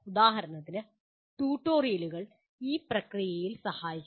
ഉദാഹരണത്തിന് ട്യൂട്ടോറിയലുകൾ ഈ പ്രക്രിയയിൽ സഹായിക്കുന്നു